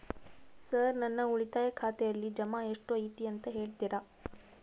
Sir ನನ್ನ ಉಳಿತಾಯ ಖಾತೆಯಲ್ಲಿ ಜಮಾ ಎಷ್ಟು ಐತಿ ಅಂತ ಹೇಳ್ತೇರಾ?